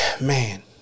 man